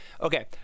Okay